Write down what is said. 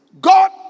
God